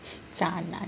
渣男